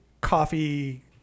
coffee